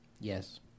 Yes